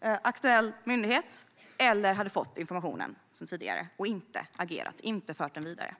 aktuell myndighet eller hade fått informationen tidigare och inte agerat och inte fört den vidare.